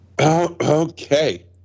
Okay